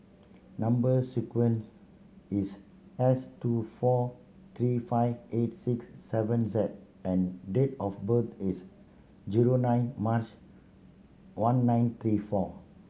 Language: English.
number sequence is S two four three five eight six seven Z and date of birth is nine March one nine three four